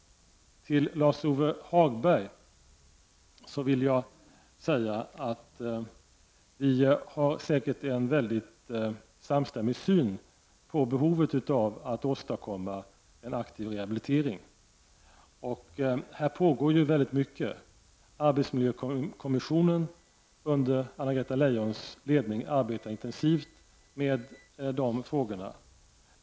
Till Lars-Ove Hagberg vill jag säga att vi säkert har en samstämmig syn på behovet av att åstadkomma en aktiv rehabilitering. Här pågår mycket. Arbetsmiljökommissionen under Anna-Greta Leijons ledning arbetar intensivt med de frågorna.